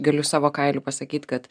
galiu savo kailiu pasakyt kad